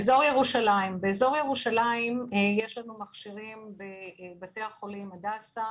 באזור ירושלים יש לנו מכשירים בבתי החולים הדסה,